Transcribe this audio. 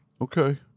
Okay